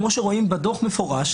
כמו שרואים בדוח במפורש,